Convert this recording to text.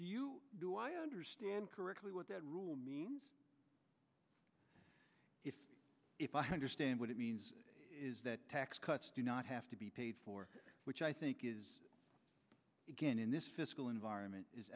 do you do i understand correctly what that rule means if if i understand what it means is that tax cuts do not have to be paid for which i think is good in this fiscal environment is